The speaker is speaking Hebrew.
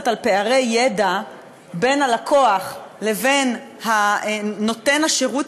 על פערי ידע בין הלקוח לבין נותן השירות,